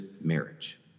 marriage